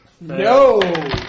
no